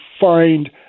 find